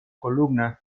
columnas